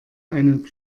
einen